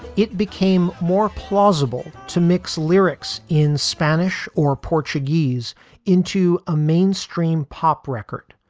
it became more plausible to mix lyrics in spanish or portuguese into a mainstream pop record,